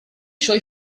suoi